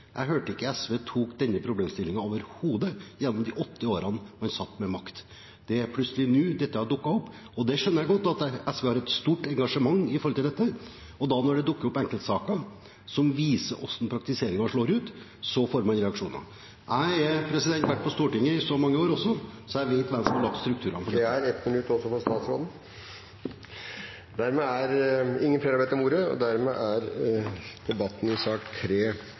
åtte årene man satt med makt. Det er plutselig nå dette har dukket opp. Det skjønner jeg godt, at SV har et stort engasjement for dette, og når det da dukker opp enkeltsaker som viser hvordan praktiseringen slår ut, får man reaksjoner. Jeg har vært på Stortinget i så mange år at jeg vet hvem som har lagt strukturene for dette. Replikkordskiftet er omme. Flere har ikke bedt om ordet til sak nr. 3. Etter ønske fra energi- og